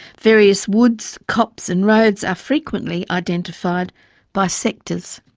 various woods, copse, and roads are frequently identified by sectors.